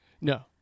No